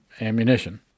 ammunition